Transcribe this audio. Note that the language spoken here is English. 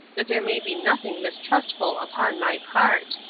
that there may be nothing mistrustful upon my part.